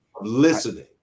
listening